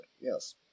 yes